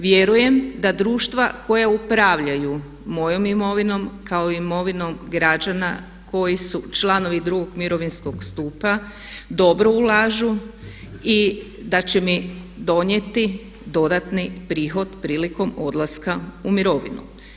Vjerujem da društva koja upravljaju mojom imovinom kao i imovinom građana koji su članovi 2. mirovinskog stupa dobro ulažu i da će mi donijeti dodatne prihod prilikom odlaska u mirovinu.